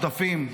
השותפים,